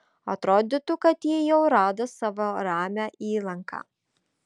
atrodytų kad ji jau rado savo ramią įlanką